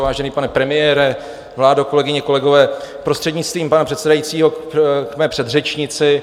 Vážený pane premiére, vládo, kolegyně, kolegové, prostřednictvím pana předsedajícího k mé předřečnici: